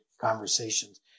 conversations